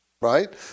right